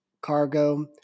Cargo